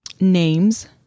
Names